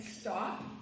stop